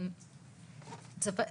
תספר לי,